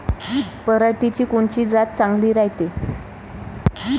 पऱ्हाटीची कोनची जात चांगली रायते?